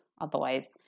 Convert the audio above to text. Otherwise